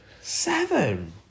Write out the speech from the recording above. Seven